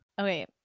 okay